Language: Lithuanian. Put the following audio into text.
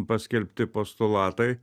paskelbti postulatai